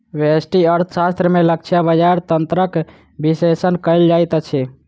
व्यष्टि अर्थशास्त्र में लक्ष्य बजार तंत्रक विश्लेषण कयल जाइत अछि